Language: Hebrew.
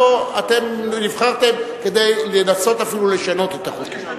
אתם נבחרתם כדי לנסות אפילו לשנות את החוקים.